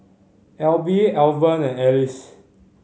Elby Alvan and Alice